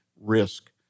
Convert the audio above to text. risk